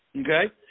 okay